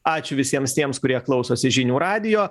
ačiū visiems tiems kurie klausosi žinių radijo